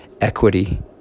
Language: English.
equity